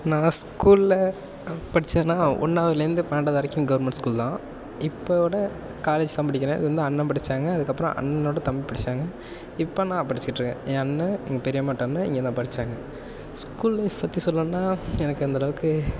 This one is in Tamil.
நான் ஸ்கூல்ல படிச்சதுனால் ஒன்னாவதுலேருந்து பன்னெண்டாவது வரைக்கும் கவர்மெண்ட் ஸ்கூல் தான் இப்போ கூட காலேஜ் தான் படிக்கிறேன் இது வந்து அண்ணன் படிச்சாங்கள் அதுக்கப்புறம் அண்ணனோடய தம்பி படிச்சாங்கள் இப்போ நான் படிச்சிக்கிட்டு இருக்கேன் எங்கள் அண்ணன் எங்கள் பெரியம்மாட்ட அண்ணன் இங்கே தான் படிச்சாங்கள் ஸ்கூல் லைஃப் பற்றி சொல்லணும்னால் எனக்கு அந்த அளவுக்கு